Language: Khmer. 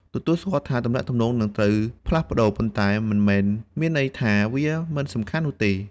ទទួលស្គាល់ថាទំនាក់ទំនងនឹងត្រូវផ្លាស់ប្តូរ ប៉ុន្តែមិនមែនមានន័យថាវាមិនសំខាន់ទៀតនោះទេ។